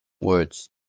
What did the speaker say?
Words